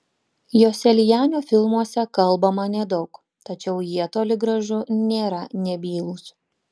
joselianio filmuose kalbama nedaug tačiau jie toli gražu nėra nebylūs